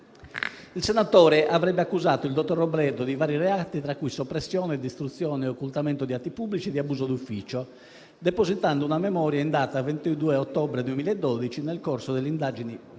Il senatore avrebbe accusato il dottor Robledo di vari reati, tra cui soppressione, distruzione e occultamento di atti pubblici e di abuso d'ufficio, depositando una memoria in data 22 ottobre 2012 nel corso delle indagini preliminari